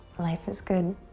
life is good.